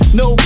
no